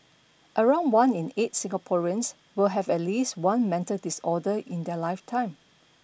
around one in eight Singaporeans will have at least one mental disorder in their lifetime